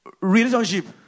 relationship